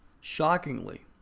shockingly